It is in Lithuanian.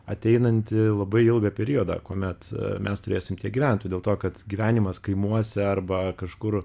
ateinantį labai ilgą periodą kuomet mes turėsime tiek gyventojų dėl to kad gyvenimas kaimuose arba kažkur